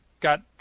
got